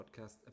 podcast